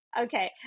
Okay